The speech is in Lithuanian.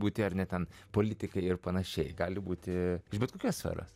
būti ar ne ten politikai ir pan gali būti už bet kokias ašaras